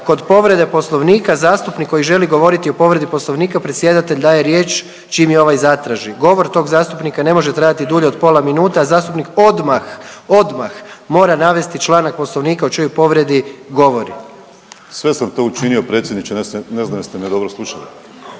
kod povrede poslovnika zastupnik koji želi govoriti o povredi poslovnika predsjedatelj daje riječ čim je ovaj zatraži. Govor tog zastupnika ne može trajati dulje od pola minute, a zastupnik odmah, odmah mora navesti članak poslovnika o čijoj povredi govori/…. Sve sam to učinio predsjedniče odnosno ne znam jeste me dobro slušali.